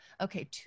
Okay